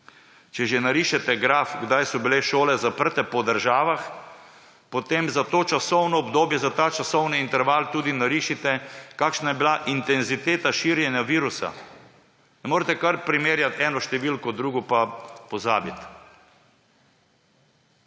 če že narišete graf, kdaj so bile šole zaprte po državah, potem za to časovno obdobje, za ta časovni interval tudi narišite, kakšna je bila intenziteta širjenja virusa. Ne morete kar primerjati ene številke, druge pa pozabiti.